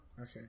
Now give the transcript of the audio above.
Okay